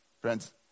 Friends